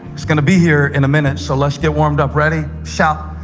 it's going to be here in a minute, so let's get warmed up. ready? shout,